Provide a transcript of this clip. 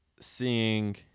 seeing